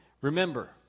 Remember